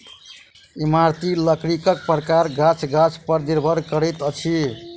इमारती लकड़ीक प्रकार गाछ गाछ पर निर्भर करैत अछि